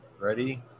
ready